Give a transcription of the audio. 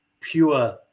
pure